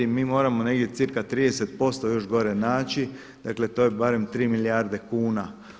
Mi moramo negdje cca. 30% još gore naći, dakle to je barem 3 milijarde kuna.